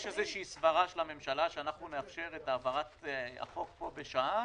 יש איזושהי סברה של הממשלה שאנחנו נאפשר את העברת החוק פה בשעה,